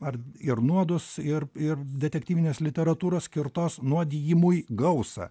ar ir nuodus ir ir detektyvinės literatūros skirtos nuodijimui gausą